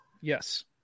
Yes